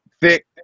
thick